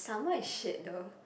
summer is shit though